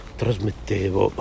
trasmettevo